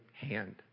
hand